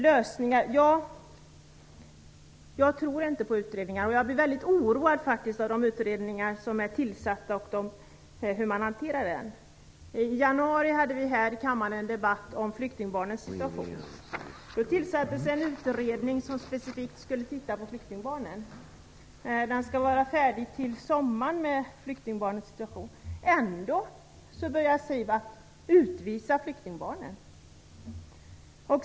Vad gäller lösningar tror jag inte på utredningar. Jag blir faktiskt väldigt oroad av de utredningar som är tillsatta och av hur man hanterar dem. I januari hade vi här i kammaren en debatt om flyktingbarnens situation. Då tillsattes en utredning som specifikt skulle titta på flyktingbarnens situation. Den skall vara färdig till sommaren. Ändå börjar SIV att utvisa flyktingbarnen.